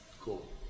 Cool